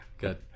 Good